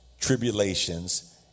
tribulations